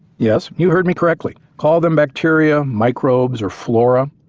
yes, you heard me correctly. call them bacteria, microbes, or flora,